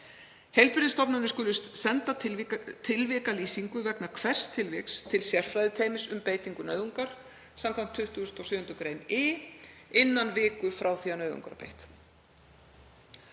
Heilbrigðisstofnanir skulu senda tilvikalýsingu vegna hvers tilviks til sérfræðiteymis um beitingu nauðungar samkvæmt 27. gr. i innan viku frá því að nauðung var beitt.